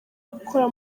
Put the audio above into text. gukora